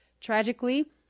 Tragically